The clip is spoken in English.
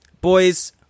boys